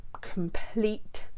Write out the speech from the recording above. complete